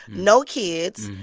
no kids,